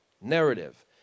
narrative